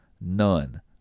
None